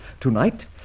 Tonight